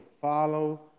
follow